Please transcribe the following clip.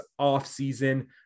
offseason